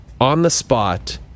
on-the-spot